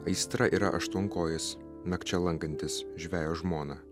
aistra yra aštuonkojis nakčia lankantis žvejo žmoną